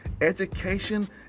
education